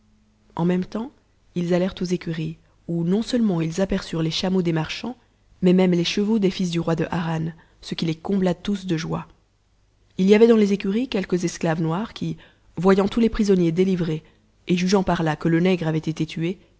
en même temps ils allèrent aux écuries où non-seulement ils aperçurent les chameaux des marchands mais même les chevaux des fils du roi de harran ce qui les combla tous de joie il y avait dans les écuries quelques esclaves noirs qui voyant tous les prisonniers délivrés et jugeant par-là que le nègre avait été tué